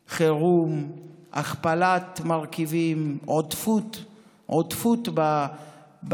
חירום, הכפלת מרכיבים, עודפות בשימוש.